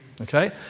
Okay